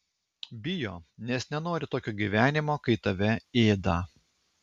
bijo nes nenori tokio gyvenimo kai tave ėda